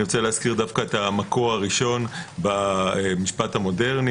אני רוצה להזכיר את המקור הראשון במשפט המודרני,